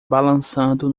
balançando